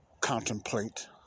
contemplate